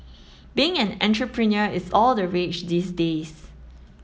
being an entrepreneur is all the rage these days